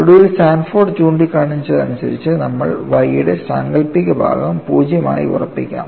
ഒടുവിൽ സാൻഫോർഡ് ചൂണ്ടിക്കാണിച്ചതനുസരിച്ച് നമ്മൾ Y യുടെ സാങ്കൽപ്പിക ഭാഗം 0 ആയി ഉറപ്പിക്കാം